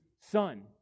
Son